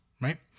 right